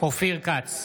אופיר כץ,